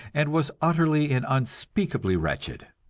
and was utterly and unspeakably wretched.